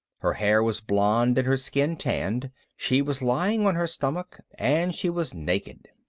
her hair was blonde and her skin tanned. she was lying on her stomach and she was naked.